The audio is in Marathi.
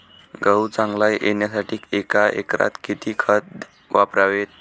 गहू चांगला येण्यासाठी एका एकरात किती खत वापरावे?